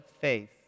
faith